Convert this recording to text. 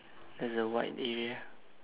there's a wide area